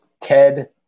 Ted